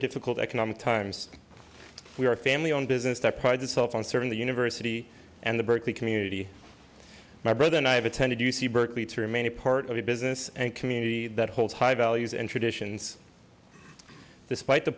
difficult economic times we are a family owned business that prides itself on serving the university and the berkeley community my brother and i have attended u c berkeley to remain a part of a business and community that holds high values and traditions despite the